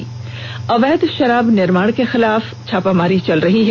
अर्वैध शराब निर्माण के खिलाफ छापामारी चल रही है